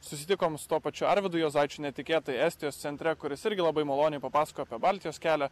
susitikom su tuo pačiu arvydu juozaičiu netikėtai estijos centre kuris irgi labai maloniai papasakojo apie baltijos kelią